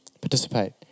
Participate